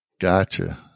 Gotcha